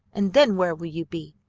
and then where will you be?